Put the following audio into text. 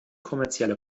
kommerzielle